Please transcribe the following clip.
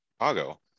Chicago